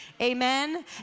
amen